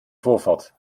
vorfahrt